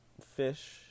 Fish